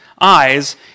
eyes